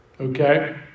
Okay